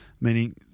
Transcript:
meaning